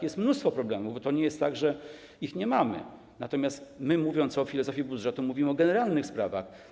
Jest mnóstwo problemów, bo to nie jest tak, że ich nie mamy, natomiast my, mówiąc o filozofii budżetu, mówimy o sprawach generalnych.